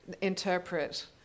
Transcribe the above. interpret